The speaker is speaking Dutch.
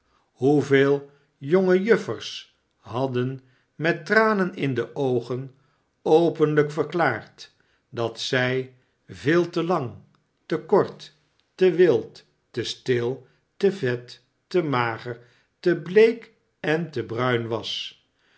hoevele jonge juffers hadden met tranen in de oogen openlijk verklaard dat zij veel te lang te kort te wild te stil te vet te mager te bleek en te bruin was